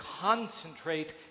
concentrate